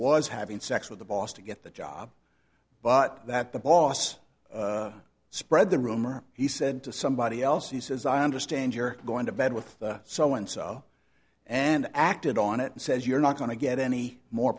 was having sex with the boss to get the job but that the boss spread the rumor he said to somebody else he says i understand you're going to bed with so and so and acted on it and says you're not going to get any more